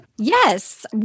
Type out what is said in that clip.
Yes